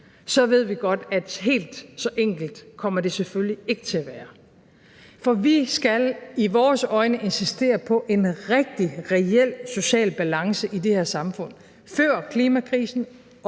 så ved vi godt, at helt så enkelt kommer det selvfølgelig ikke til at være. For vi skal i vores øjne insistere på en rigtig reel social balance i det her samfund, før klimakrisen